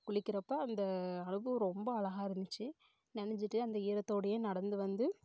குளிக்கிறப்போ அந்த அழகு ரொம்ப அழகாக இருந்துச்சு நனைஞ்சிட்டு அந்த ஈரத்தோடையே நடந்து வந்து